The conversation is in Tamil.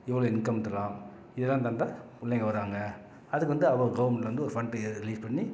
எவ்வளோ இன்கம் தரலாம் இதெல்லாம் தந்தால் பிள்ளைங்க வராங்க அதுக்கு வந்து அவோ கவர்மெண்ட்டில் வந்து ஒரு ஃபண்டு ரிலீஸ் பண்ணி